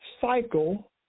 cycle